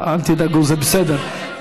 זה בסדר.